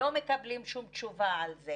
לא מקבלים שום תשובה על זה